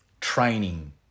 training